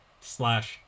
slash